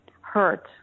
hurt